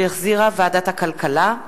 שהחזירה ועדת הכלכלה,